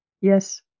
Yes